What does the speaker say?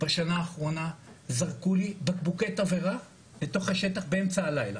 בשנה האחרונה זרקו לי בקבוקי תבערה לתוך השטח באמצע הלילה,